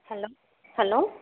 hello hello